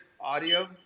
audio